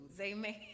amen